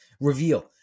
reveal